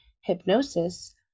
hypnosis